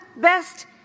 best